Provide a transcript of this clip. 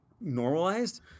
normalized